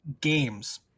games